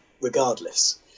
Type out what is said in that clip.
regardless